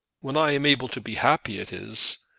when i am able to be happy it is.